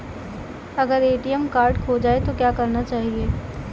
अगर ATM card खो जाए तो क्या करना चाहिए?